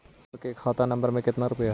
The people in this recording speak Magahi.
हमार के खाता नंबर में कते रूपैया है?